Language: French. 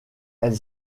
elle